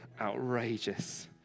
outrageous